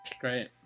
Great